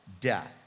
death